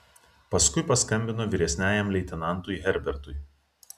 paskui paskambino vyresniajam leitenantui herbertui